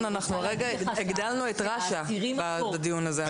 ינון, הגדלנו את רש"א בדיון הזה.